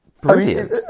brilliant